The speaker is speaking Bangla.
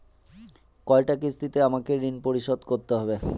কয়টা কিস্তিতে আমাকে ঋণ পরিশোধ করতে হবে?